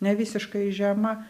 ne visiškai žema